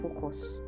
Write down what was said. focus